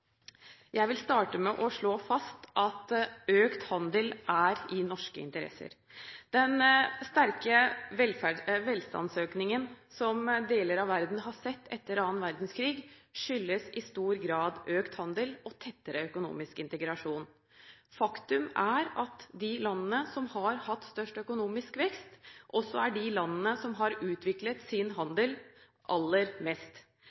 Jeg vil starte med å slå fast at økt handel er i norsk interesse. Den sterke velstandsøkningen som deler av verden har sett etter annen verdenskrig, skyldes i stor grad økt handel og tettere økonomisk integrasjon. Faktum er at de landene som har hatt størst økonomisk vekst, også er de landene som har utviklet sin handel aller mest.